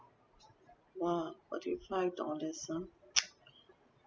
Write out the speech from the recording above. !wah! forty five dollars ah